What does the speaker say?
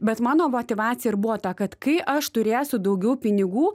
bet mano motyvacija ir buvo ta kad kai aš turėsiu daugiau pinigų